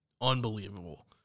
Unbelievable